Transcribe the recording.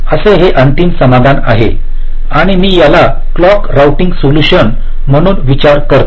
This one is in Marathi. असा हे अंतिम समाधान आहे आणि मी याला क्लॉक रोऊटिंग सोल्यूशन म्हणून विचार करतो